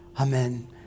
amen